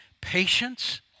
patience